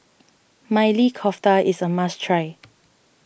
Maili Kofta is a must try